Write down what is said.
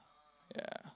ya